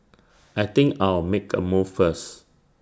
I think I'll make A move first